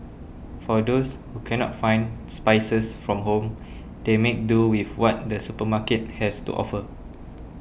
for those who cannot find spices from home they make do with what the supermarket has to offer